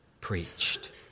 preached